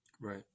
Right